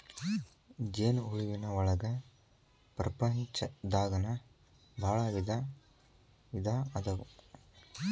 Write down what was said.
ಜೇನ ಹುಳುವಿನ ಒಳಗ ಪ್ರಪಂಚದಾಗನ ಭಾಳ ವಿಧಾ ಅದಾವ